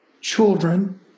children